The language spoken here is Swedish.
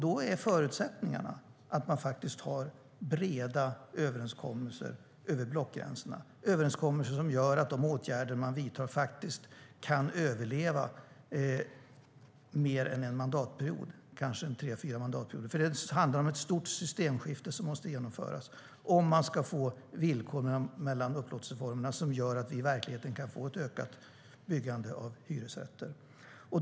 Då är förutsättningarna att man kan träffa breda överenskommelser över blockgränserna som gör att de åtgärder som man vidtar håller i mer än en mandatperiod, kanske i tre fyra mandatperioder. Det måste alltså genomföras ett stort systemskifte om man ska få villkor mellan upplåtelseformerna som gör att det i verkligheten blir ett ökat byggande av hyresrätter.